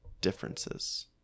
differences